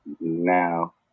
now